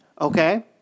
okay